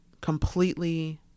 completely